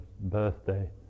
birthday